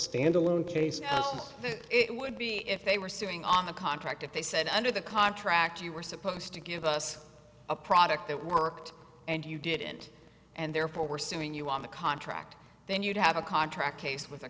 standalone case it would be if they were sitting on a contract that they said under the contract you were supposed to give us a product that worked and you didn't and therefore we're suing you on the contract then you'd have a contract case with a